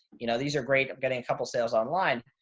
you know, these are great. i'm getting a couple of sales online.